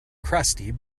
crusty